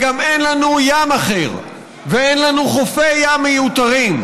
אחד הנושאים הסביבתיים החשובים ביותר שנמצאים על סדר-היום